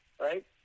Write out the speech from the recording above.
Right